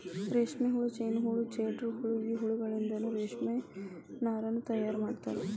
ರೇಷ್ಮೆಹುಳ ಜೇನಹುಳ ಜೇಡರಹುಳ ಈ ಹುಳಗಳಿಂದನು ರೇಷ್ಮೆ ನಾರನ್ನು ತಯಾರ್ ಮಾಡ್ತಾರ